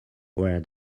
where